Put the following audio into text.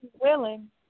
willing